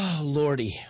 Lordy